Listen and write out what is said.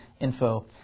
info